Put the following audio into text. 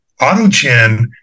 Autogen